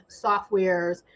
softwares